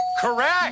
correct